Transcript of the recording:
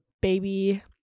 baby